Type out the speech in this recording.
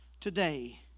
Today